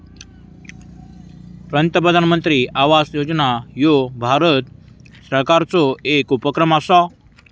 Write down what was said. प्रधानमंत्री आवास योजना ह्यो भारत सरकारचो येक उपक्रम असा